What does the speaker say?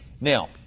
Now